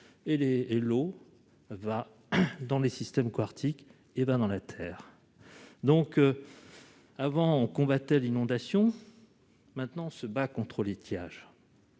et l'eau va dans les systèmes Arctique hé ben dans la terre, donc avant combattait l'inondation maintenant se bat contre l'étiage